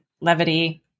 levity